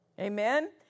Amen